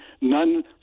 none